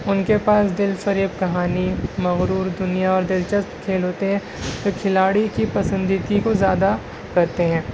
ان کے پاس دلفریب کہانی مغرور دنیا اور دلچسپ کھیل ہوتے ہیں جو کھلاڑی کی پسندیدگی کو زیادہ کرتے ہیں